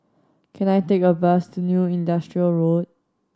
can I take a bus to New Industrial Road